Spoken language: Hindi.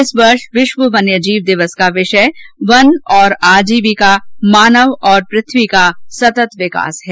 इस वर्ष विश्व वन्यजीव दिवस का विषय वन और आजीविका मानव और पृथ्यी का सतत विकास है